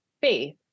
faith